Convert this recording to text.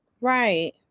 Right